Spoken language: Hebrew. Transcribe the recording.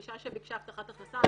אישה שביקשה הבטחת הכנסה.